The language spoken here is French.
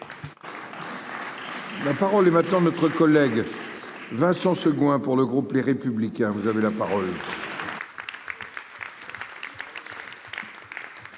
La parole est maintenant notre collègue. Vincent Segouin pour le groupe Les Républicains, vous avez la parole.